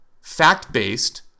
fact-based